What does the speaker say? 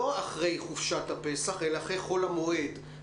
לא אחרי חופשת הפסח אלא אחרי חול המועד.